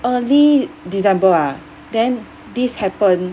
early december ah then this happen